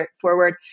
forward